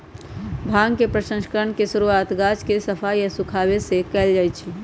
भांग के प्रसंस्करण के शुरुआत गाछ के सफाई आऽ सुखाबे से कयल जाइ छइ